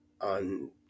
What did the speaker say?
on